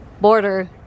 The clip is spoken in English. border